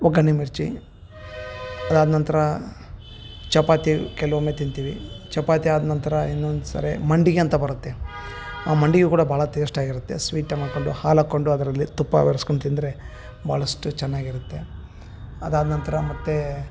ಒಗ್ಗಣ್ಣೆ ಮಿರ್ಚಿ ಅದಾದನಂತ್ರ ಚಪಾತಿ ಕೆಲವೊಮ್ಮೆ ತಿಂತೀವಿ ಚಪಾತಿ ಆದನಂತ್ರ ಇನ್ನೊಂದು ಸಾರಿ ಮಂಡಿಗೆ ಅಂತ ಬರುತ್ತೆ ಆ ಮಂಡಿಗೆ ಕೂಡ ಭಾಳ ಟೇಸ್ಟಾಗಿರುತ್ತೆ ಸ್ವೀಟೆಲ್ಲ ಹಾಕೊಂಡು ಹಾಲಕೊಂಡು ಅದರಲ್ಲಿ ತುಪ್ಪ ಬೆರೆಸ್ಕೊಂಡು ತಿಂದರೆ ಭಾಳಷ್ಟು ಚೆನ್ನಾಗಿರುತ್ತೆ ಅದಾದನಂತ್ರ ಮತ್ತು